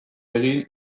egin